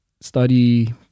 study